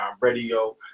Radio